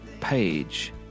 page